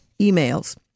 emails